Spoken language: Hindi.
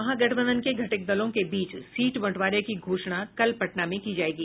महागठबंधन के घटक दलों के बीच सीट बंटवारे की घोषणा कल पटना में की जायेगी